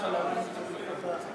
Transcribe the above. גם חבר הכנסת לשעבר יצחק לוי.